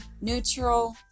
neutral